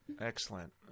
Excellent